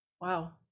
Wow